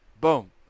Boom